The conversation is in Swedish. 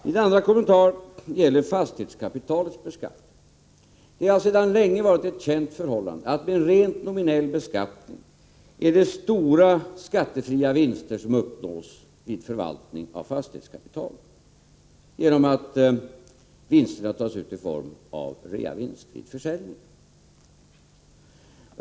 Min andra kommentar gäller fastighetskapitalets beskattning. Det har sedan länge varit ett känt förhållande att med rent nominell beskattning uppnås stora skattefria vinster vid förvaltning av fastighetskapital, genom att vinsterna tas ut i form av reavinst vid försäljning.